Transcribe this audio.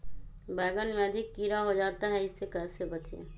बैंगन में अधिक कीड़ा हो जाता हैं इससे कैसे बचे?